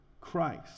Christ